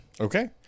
okay